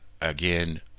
again